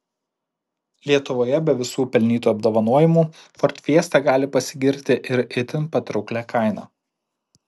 lietuvoje be visų pelnytų apdovanojimų ford fiesta gali pasigirti ir itin patrauklia kaina